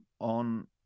On